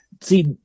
see